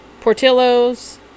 portillo's